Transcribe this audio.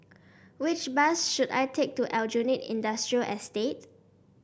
which bus should I take to Aljunied Industrial Estate